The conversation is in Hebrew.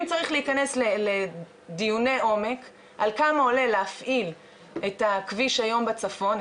אם צריך להיכנס לדיוני עומק על כמה עולה להפעיל את הכביש היום בצפון,